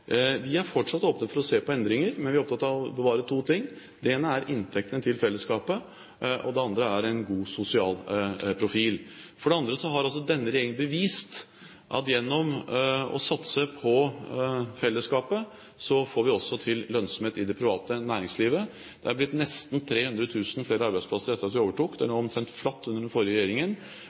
Vi er fortsatt åpne for å se på endringer, men vi er oppfatt av å bevare to ting: Det ene er inntektene til fellesskapet, og det andre er en god sosial profil. For det andre har denne regjeringen bevist at gjennom å satse på fellesskapet får vi også til lønnsomhet i det private næringslivet. Det er blitt nesten 300 000 flere arbeidsplasser etter at vi overtok – det lå omtrent flatt under den forrige regjeringen